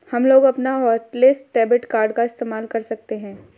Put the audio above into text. हमलोग अपना hotlist debit card का इस्तेमाल कर सकते हैं